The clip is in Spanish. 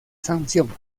sanción